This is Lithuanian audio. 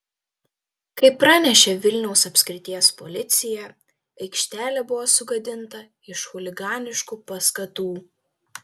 kaip pranešė vilniaus apskrities policija aikštelė buvo sugadinta iš chuliganiškų paskatų